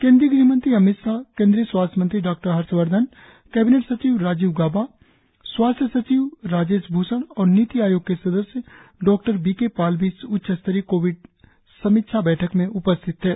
केंद्रीय गृह मंत्री अमित शाह केंद्रीय स्वास्थ्य मंत्री डॉ हर्षवर्धन कैबिनेट सचिव राजीव गौबा स्वास्थ्य सचि राजेश भूषण और नीति आयोग के सदस्य डॉ वी के पॉल भी इस उच्च स्तरीय कोविड समीक्षा बैठक में उपस्थित थे